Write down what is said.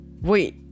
Wait